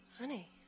honey